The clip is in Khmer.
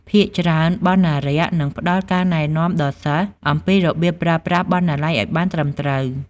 ភាគច្រើន បណ្ណារក្សនឹងផ្ដល់ការណែនាំដល់សិស្សអំពីរបៀបប្រើប្រាស់បណ្ណាល័យឱ្យបានត្រឹមត្រូវ។